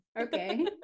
Okay